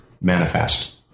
manifest